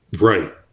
Right